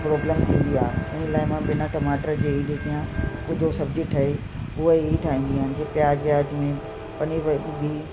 problem थींदी आहे इन लाइ मां बिना टमाटर जे ई ॾिसंदी आहियां कुझु जो सब्जी ठहे उहा ई ठाहींदी आहियां जीअं प्याज व्याज में पनीर वनीर बि